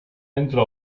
entra